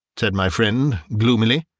said my friend, gloomily,